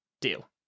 deal